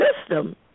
system